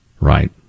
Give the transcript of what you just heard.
Right